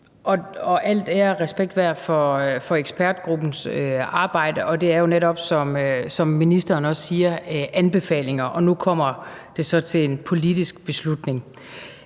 ære og respekt for ekspertgruppens arbejde. Det er jo netop, som ministeren også siger, anbefalinger, og nu kommer det så til en politisk beslutning.